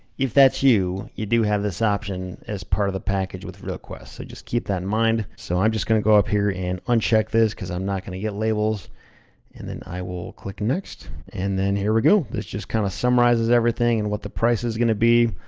if that's you, you do have this option as part of the package with realquest. so, just keep that in mind. so i'm just gonna go up here and uncheck this, cause i'm not gonna get labels, and i will click next. and then here we go. this just kind of summarizes everything, and what the price is gonna be.